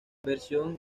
versión